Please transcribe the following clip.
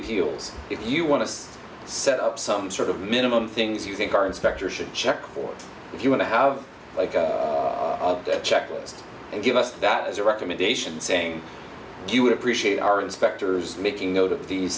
appeals if you want to set up some sort of minimum things you think our inspectors should check or if you want to have like a checklist and give us that as a recommendation saying you would appreciate our inspectors making a lot of these